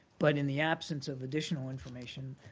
but in the absence of additional information,